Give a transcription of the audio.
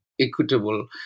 equitable